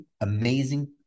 amazing